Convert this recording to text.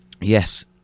Yes